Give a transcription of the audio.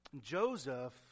Joseph